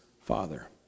Father